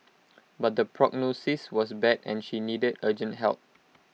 but the prognosis was bad and she needed urgent help